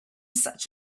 such